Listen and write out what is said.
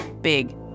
big